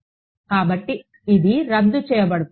కాబట్టి ఇది రద్దు చేయబడుతుంది